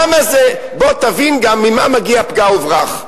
בוא תבין גם ממה מגיע "פגע וברח".